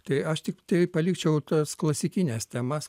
tai aš tiktai palikčiau tas klasikines temas